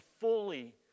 fully